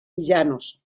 villanos